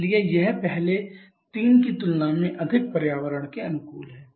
इसलिए यह पहले तीन की तुलना में अधिक पर्यावरण के अनुकूल है